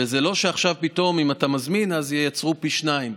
וזה לא שעכשיו פתאום אם אתה מזמין אז ייצרו פי שניים.